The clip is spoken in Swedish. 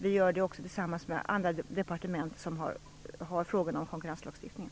Vi gör det också tillsammans med andra departement som arbetar med frågorna om konkurrenslagstiftningen.